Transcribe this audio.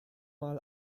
mal